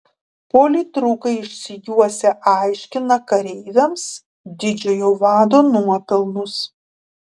politrukai išsijuosę aiškina kareiviams didžiojo vado nuopelnus